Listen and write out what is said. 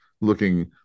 looking